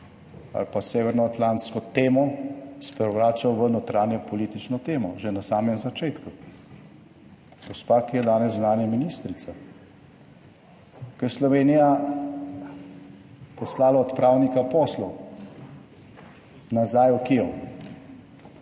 ali pa severnoatlantsko temo sprevračal v notranjo politično temo že na samem začetku? Gospa, ki je danes zunanja ministrica. Ko je Slovenija poslala odpravnika poslov nazaj v Kijev